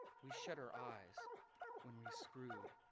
we shut our eyes when we screwed,